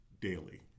daily